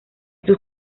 sus